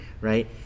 right